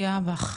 גאה בך.